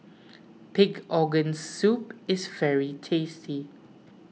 Pig's Organ Soup is very tasty